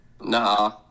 Nah